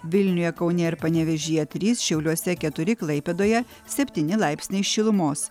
vilniuje kaune ir panevėžyje trys šiauliuose keturi klaipėdoje septyni laipsniai šilumos